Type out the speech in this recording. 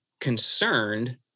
concerned